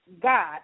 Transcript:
God